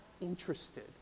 interested